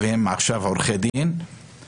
עורך דין ערבי שעבר את הבחינה.